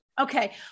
Okay